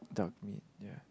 duck meat yeah